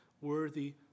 worthy